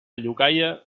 llogaia